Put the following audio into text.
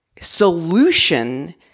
solution